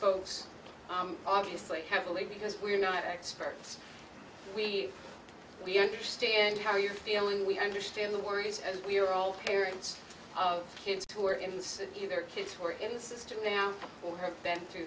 folks obviously heavily because we're not experts we we understand how you're feeling we understand the worries as we're all parents of kids who are insecure their kids who are in the system now or have been through